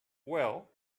well